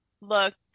looked